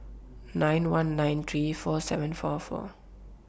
nine one nine three four seven four four